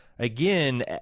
Again